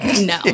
No